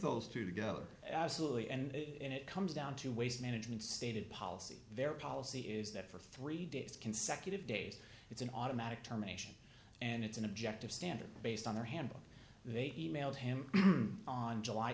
those two together absolutely and it comes down to waste management stated policy their policy is that for three days consecutive days it's an automatic terminations and it's an objective standard based on their handbook they e mailed him on july